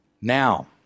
Now